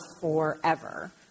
forever